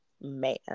man